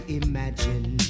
imagine